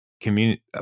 community